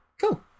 cool